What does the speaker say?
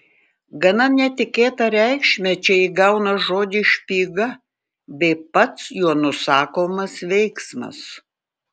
gana netikėtą reikšmę čia įgauna žodis špyga bei pats juo nusakomas veiksmas